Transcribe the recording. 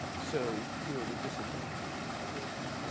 so you're at a disadvantage, of course,